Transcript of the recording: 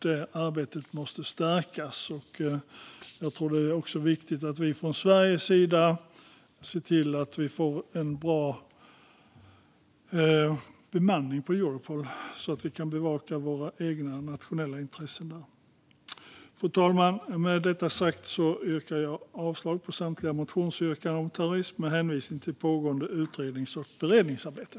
Det arbetet måste stärkas, och jag tror att det är viktigt att vi från Sveriges sida ser till att vi får bra bemanning på Europol så att vi kan bevaka våra egna nationella intressen där. Fru talman! Med det sagt yrkar jag avslag på samtliga motioner om terrorism med hänvisning till pågående utrednings och beredningsarbete.